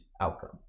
outcome